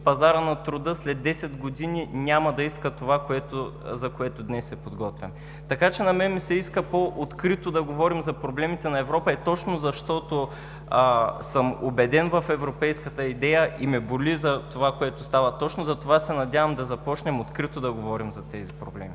пазарът на труда след десет години няма да иска това, за което днес се подготвяме. Така че на мен ми се иска по-открито да говорим за проблемите на Европа и точно защото съм убеден в европейската идея и ме боли за това, което става, точно затова се надявам да започнем открито да говорим за тези проблеми.